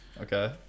Okay